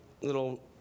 little